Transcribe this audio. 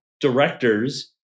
directors